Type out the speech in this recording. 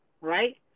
right